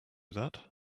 that